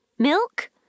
Milk